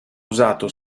usato